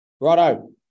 righto